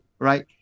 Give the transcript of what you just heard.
right